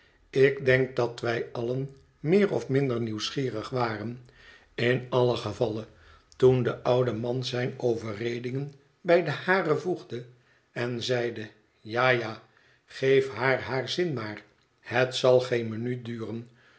ik denk dat wij allen meer of minder nieuwsgierig waren in allen gevalle toen de oude man zijne overredingen bij de hare voegde en zeide ja ja geef haar haar zin maar het zal geen minuut duren